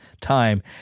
time